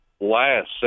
last